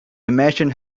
imagined